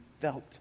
felt